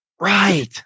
Right